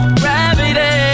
gravity